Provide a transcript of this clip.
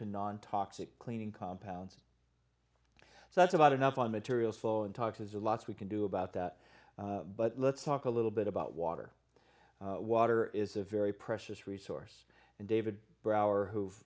to non toxic cleaning compounds so that's about enough on material slow and talk has a lot we can do about that but let's talk a little bit about water water is a very precious resource and david brower who